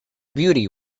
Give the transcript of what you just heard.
beauty